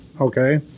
okay